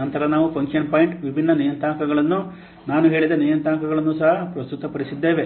ನಂತರ ನಾವು function point ವಿಭಿನ್ನ ನಿಯತಾಂಕಗಳನ್ನು ನಾನು ಹೇಳಿದ ನಿಯತಾಂಕಗಳನ್ನು ಸಹ ಪ್ರಸ್ತುತಪಡಿಸಿದ್ದೇವೆ